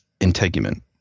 integument